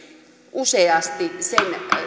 useasti nopeammin sen